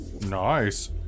nice